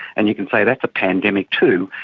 and you can say that's a pandemic too,